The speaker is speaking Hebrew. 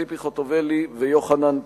ציפי חוטובלי ויוחנן פלסנר.